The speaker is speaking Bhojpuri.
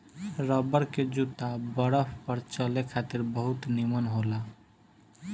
रबर के जूता बरफ पर चले खातिर बहुत निमन होला